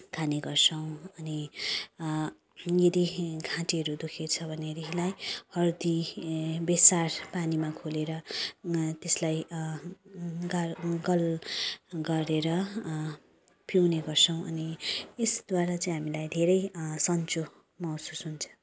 खाने गर्छौँ अनि यदि घाँटीहरू दुखेको छ भने हर्दी बेसार पानीमा घोलेर त्यसलाई गर्गल गरेर पिउने गर्छौँ अनि यसद्वारा चाहिँ हामीलाई धेरै सन्चो महसुस हुन्छ